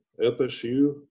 FSU